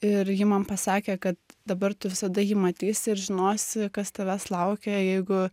ir ji man pasakė kad dabar tu visada jį matysi ir žinosi kas tavęs laukia jeigu